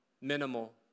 minimal